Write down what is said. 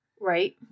Right